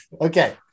Okay